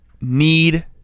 Need